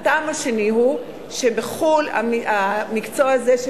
הטעם השני הוא שבחו"ל המקצוע הזה של